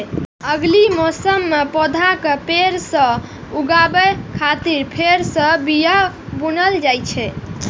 अगिला मौसम मे पौधा कें फेर सं उगाबै खातिर फेर सं बिया बुनल जाइ छै